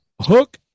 Hook